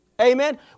Amen